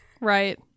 Right